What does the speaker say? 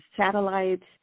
satellites